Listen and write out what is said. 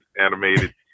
animated